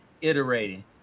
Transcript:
iterating